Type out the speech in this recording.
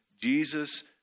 Jesus